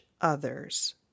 others